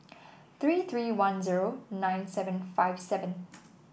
three three one zero nine seven five seven